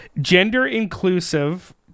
Gender-inclusive